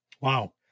Wow